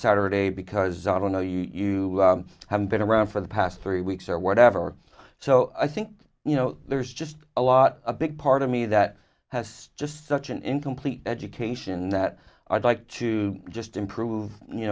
saturday because i don't know you haven't been around for the past three weeks or whatever so i think you know there's just a lot a big part of me that has just such an incomplete education that i'd like to just improve you